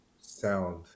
sound